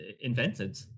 invented